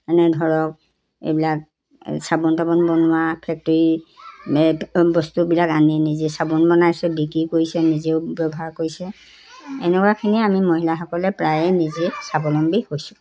এনে ধৰক এইবিলাক চাবোন তাবোন বনোৱা ফেক্টৰী বস্তুবিলাক আনি নিজে চাবোন বনাইছোঁ বিক্ৰী কৰিছে নিজেও ব্যৱহাৰ কৰিছে এনেকুৱাখিনিয়ে আমি মহিলাসকলে প্ৰায়ে নিজে স্বাৱলম্বী হৈছোঁ